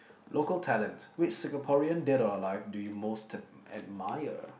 local talent which Singaporean did our life do you most admire